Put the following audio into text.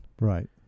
right